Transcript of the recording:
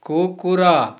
କୁକୁର